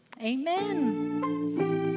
Amen